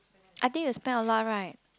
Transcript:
I think you spend a lot right